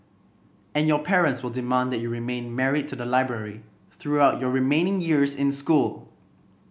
and your parents will demand that you remain married to the library throughout your remaining years in school